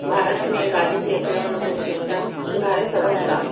भारत में गाॾियुनि जे अचण वञण जो सिस्टम सुधारे सघूं था